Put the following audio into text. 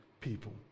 people